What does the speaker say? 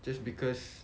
just because